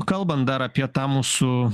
kalbant dar apie tą mūsų